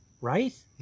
Right